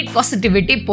Positivity